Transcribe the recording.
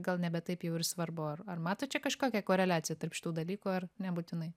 gal nebe taip jau ir svarbu ar ar matot čia kažkokią koreliaciją tarp šitų dalykų ar nebūtinai